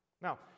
Now